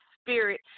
spirit